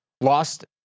lost